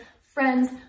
Friends